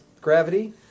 gravity